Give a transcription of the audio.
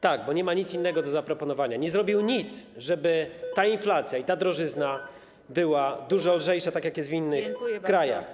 Tak, bo nie ma nic innego do zaproponowania, nie zrobił nic, żeby ta inflacja i ta drożyzna były dużo lżejsze, tak jak jest w innych krajach.